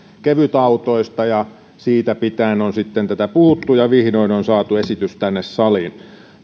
kevytautoista ja siitä pitäen on tästä sitten puhuttu ja vihdoin on saatu esitys tänne saliin